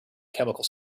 chemical